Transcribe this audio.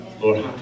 Lord